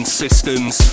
systems